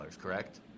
correct